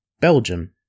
Belgium